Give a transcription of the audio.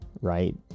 right